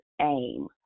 aim